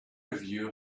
review